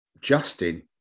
justin